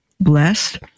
blessed